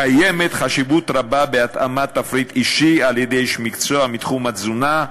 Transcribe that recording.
קיימת חשיבות רבה בהתאמת תפריט אישי על-ידי איש מקצוע מתחום התזונה,